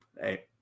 hey